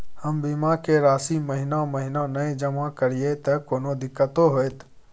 हम बीमा के राशि महीना महीना नय जमा करिए त कोनो दिक्कतों होतय?